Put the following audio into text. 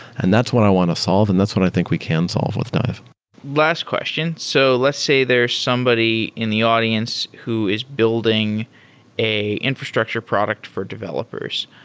and that's what i want to solve and that's what i think we can solve with dive last question, so let's say there's somebody in the audience who is building a infrastructure product for developers,